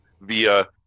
via